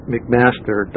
McMaster